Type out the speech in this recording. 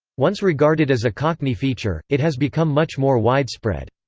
once regarded as a cockney feature, it has become much more widespread.